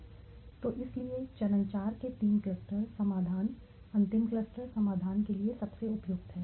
तो कितने समूह इसलिए चरण चार के तीन क्लस्टरसमाधान अंतिम क्लस्टर समाधान के लिए सबसे उपयुक्त हैं